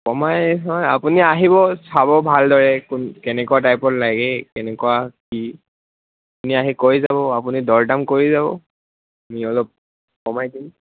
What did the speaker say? কমাই হয় আপুনি আহিব চাব ভালদৰে কোন কেনেকুৱা টাইপৰ লাগে কেনেকুৱা কি আপুনি আহি কৈ যাব আপুনি দৰ দাম কৰি যাব আমি অলপ কমাই দিম